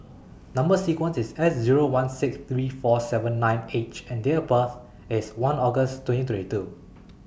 Number sequence IS S Zero one six three four seven nine H and Date of birth IS one August twenty twenty two